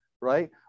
right